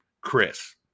Chris